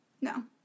No